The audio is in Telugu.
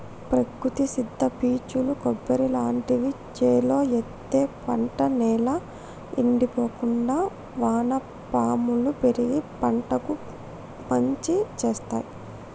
ప్రకృతి సిద్ద పీచులు కొబ్బరి లాంటివి చేలో ఎత్తే పంట నేల ఎండిపోకుండా వానపాములు పెరిగి పంటకు మంచి శేత్తాయ్